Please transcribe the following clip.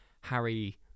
Harry